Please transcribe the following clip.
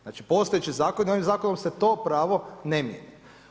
Znači postojeći zakon i ovim zakonom se to pravo ne mijenja.